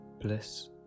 Bliss